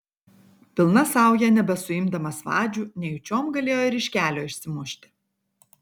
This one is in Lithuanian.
pilna sauja nebesuimdamas vadžių nejučiom galėjo ir iš kelio išsimušti